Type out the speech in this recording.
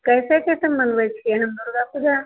कइसे कइसे मनबै छियै हन दुर्गापूजा